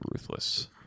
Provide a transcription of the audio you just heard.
ruthless